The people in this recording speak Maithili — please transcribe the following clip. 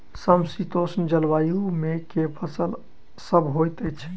समशीतोष्ण जलवायु मे केँ फसल सब होइत अछि?